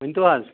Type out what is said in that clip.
ؤنۍتَو حظ